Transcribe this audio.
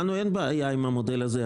לנו אין בעיה עם המודל הזה.